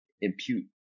impute